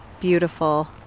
beautiful